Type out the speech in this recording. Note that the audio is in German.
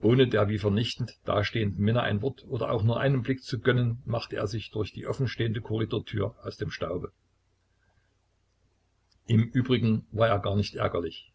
ohne der wie vernichtet dastehenden minna ein wort oder auch nur einen blick zu gönnen machte er sich durch die offenstehende korridortür aus dem staube im übrigen war er gar nicht ärgerlich